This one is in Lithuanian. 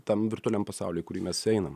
tam virtualiam pasauly į kurį mes einam